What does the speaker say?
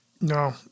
No